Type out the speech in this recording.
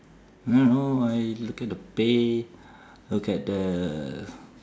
no no I look at the pay look at the